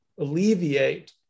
alleviate